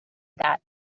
that